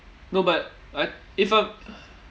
no but I if I